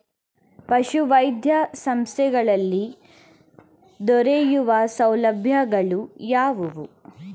ಪಶುವೈದ್ಯ ಸಂಸ್ಥೆಗಳಲ್ಲಿ ದೊರೆಯುವ ಸೌಲಭ್ಯಗಳು ಯಾವುವು?